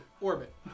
orbit